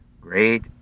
Great